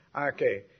okay